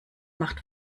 macht